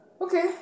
Okay